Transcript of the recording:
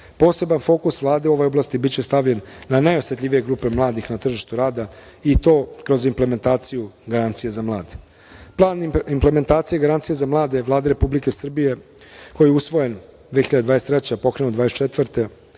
fokus Vlade u ovoj oblasti biće stavljen na najosetljivije grupe mladih na tržištu rada, i to kroz implementaciju garancije za mlade. Plan implementacije garancije za mlade Vlade Republike Srbije koji je usvojen 2023. godine, a